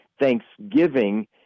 thanksgiving